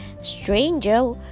Stranger